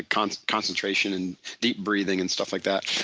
kind of concentration and deep breathing and stuff like that.